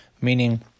Meaning